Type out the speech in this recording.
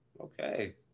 Okay